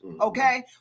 Okay